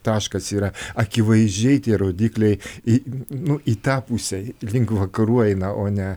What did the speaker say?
taškas yra akivaizdžiai tie rodikliai į nu į tą pusę link vakarų eina o ne